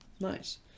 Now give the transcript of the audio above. nice